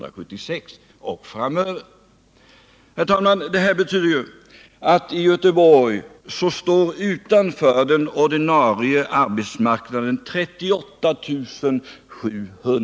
Detta betyder att 38 700 människor i Göteborg står utanför den ordinarie arbetsmarknaden.